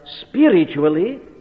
spiritually